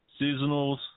seasonals